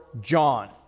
John